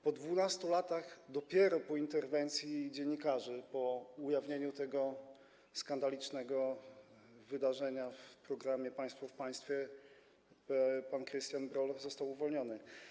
Po 12 latach, dopiero po interwencji dziennikarzy, po ujawnieniu tego skandalicznego wydarzenia w programie „Państwo w państwie”, pan Krystian Broll został uwolniony.